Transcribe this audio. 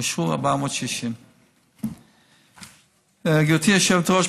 אושרו 460. גברתי היושבת-ראש,